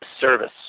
service